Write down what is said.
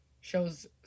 shows